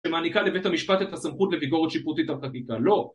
ומעניקה לבית המשפט את הסמכות לביקורת שיפוטית על חקיקה, לא